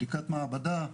בדיקת מעבדה,